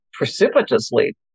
Precipitously